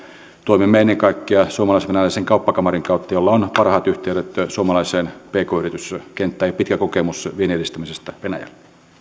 toimimme ennen kaikkea suomalais venäläisen kauppakamarin kautta jolla on parhaat yhteydet suomalaiseen pk yrityskenttään ja pitkä kokemus viennin edistämisestä